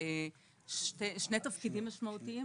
שני תפקידים משמעותיים.